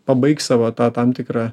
pabaigs savo tą tam tikrą